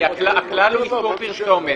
הכלל הוא איסור פרסומת.